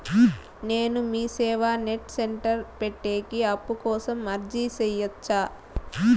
నేను MeeSeva net centre పెట్టేకి అప్పు కోసం అర్జీ సేయొచ్చా?